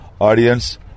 audience